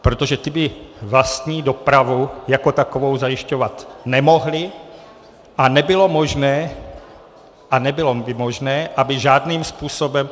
Protože ty by vlastní dopravu jako takovou zajišťovat nemohly a nebylo by možné, aby žádným způsobem...